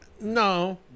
No